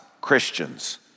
Christians